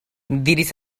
diris